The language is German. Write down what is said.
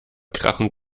krachend